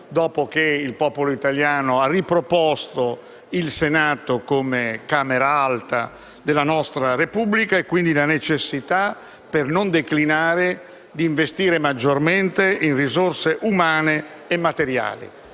dopo che il popolo italiano ha riproposto il Senato come Camera Alta della nostra Repubblica, e quindi la necessità, per non declinare, di investire maggiormente in risorse umane e materiali.